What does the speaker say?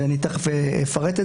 ואני תיכף אפרט.